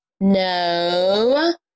No